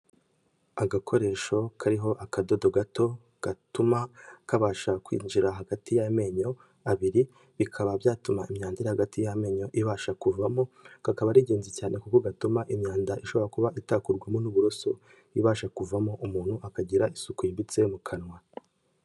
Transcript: Agakoresho kariho akadodo gato gatuma kabasha kwinjira hagati y'amenyo abiri bikaba byatuma imyanda iri hagati y'amenyo ibasha kuvamo, kakaba ari ingenzi cyane kuko gatuma imyanda ishobora kuba itakurwamo n'uburoso, ibasha kuvamo umuntu akagira isuku yimbitse mu kanwa.